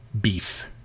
beef